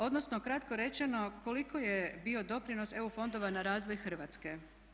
Odnosno kratko rečeno koliko je bio doprinos EU fondova na razvoj Hrvatske.